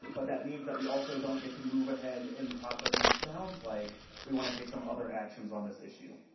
but that means that we also don't get to move ahead in the process, and it sounds like we want to take some other actions on this issue